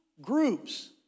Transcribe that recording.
groups